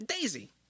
Daisy